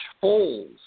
holes